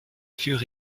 fur